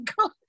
god